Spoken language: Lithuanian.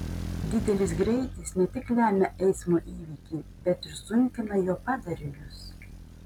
didelis greitis ne tik lemia eismo įvykį bet ir sunkina jo padarinius